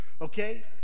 Okay